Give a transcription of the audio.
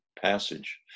passage